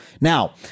Now